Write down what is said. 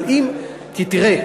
כי תראה,